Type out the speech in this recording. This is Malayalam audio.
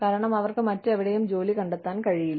കാരണം അവർക്ക് മറ്റെവിടെയും ജോലി കണ്ടെത്താൻ കഴിയില്ല